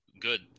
good